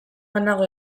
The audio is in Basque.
banago